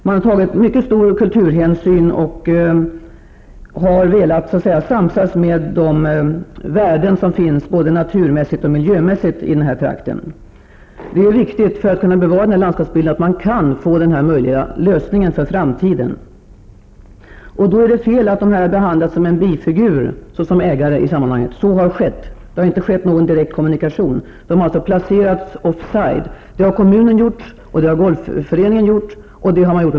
Man har tagit mycket stor kulturhänsyn och har velat samsas med de värden som finns, både naturmässigt och miljömässigt, i den här trakten. Det är viktigt för att kunna bevara landskapsbilden att man kan få den här lösningen för framtiden. Det är då fel att behandla markägaren som en bifigur, som i detta fall. Det har inte skett någon direkt kommunikation, utan markägaren har placerats offside, liksom kommunen och golfföreningen.